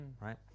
right